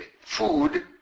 food